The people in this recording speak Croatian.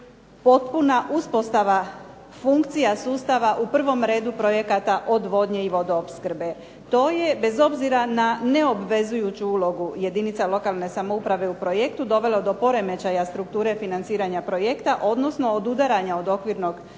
potpuna uspostava funkcija sustava, u prvom redu projekata odvodnje i vodoopskrbe. To je bez obzira na neobvezujuću ulogu jedinica lokalne samouprave u projektu dovelo do poremećaja strukture financiranja projekta, odnosno odudaranja od okvirnog sporazuma